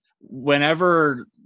whenever